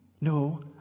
No